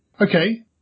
Okay